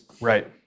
Right